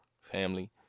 family